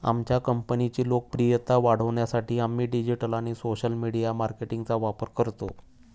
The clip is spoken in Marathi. आमच्या कंपनीची लोकप्रियता वाढवण्यासाठी आम्ही डिजिटल आणि सोशल मीडिया मार्केटिंगचा वापर करतो